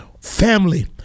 Family